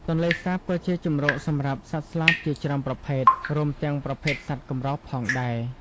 ទន្លេសាបក៏ជាជម្រកសម្រាប់សត្វស្លាបជាច្រើនប្រភេទ រួមទាំងប្រភេទសត្វកម្រផងដែរ។